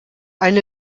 eine